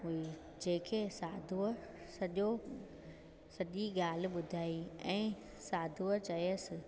हुई जेके साधू सॼो सॼी ॻाल्हि ॿुधाई ऐं साधूअ चयुसि